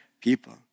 people